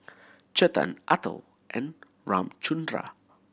Chetan Atal and Ramchundra